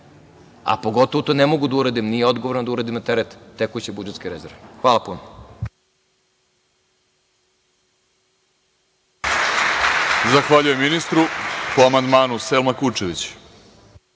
sudovi. To ne mogu da uradim, nije odgovorno da uradim na teret tekuće budžetske rezerve. Hvala puno.